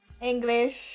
English